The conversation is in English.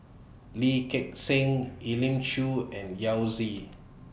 Lee Gek Seng Elim Chew and Yao Zi